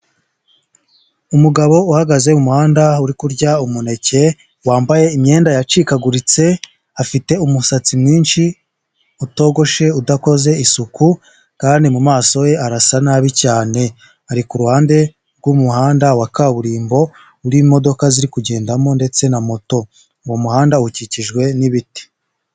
Umugabo uhagaze mu muhanda uri kurya umuneke wambaye imyenda yacikaguritse, afite umusatsi mwinshi utogoshe, udakoze isuku, kandi mu maso ye arasa nabi cyane ari ku ruhande rw'umuhanda wa kaburimbo urimo imodoka ziri kugendamo ndetse na moto, uwo muhanda ukikijwe n'ibiti.